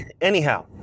Anyhow